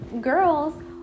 Girls